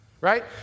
right